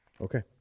Okay